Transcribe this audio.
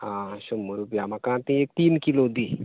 हां शंबर रुपया म्हाका एक तीन किलो दी